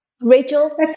Rachel